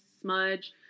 smudge